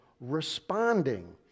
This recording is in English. responding